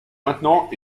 maintenant